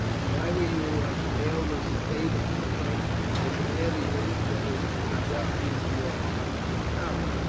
if i were you, i should hail this state of shipwreck as an avenue that is to conduct you to her heart how